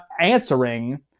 answering